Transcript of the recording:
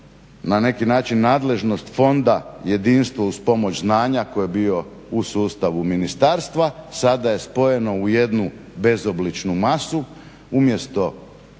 na neki način nadležnost Fonda Jedinstvo uz pomoć znanja, koji je bio u sustavu ministarstva sada je spojeno u jednu bezobličnu masu. Umjesto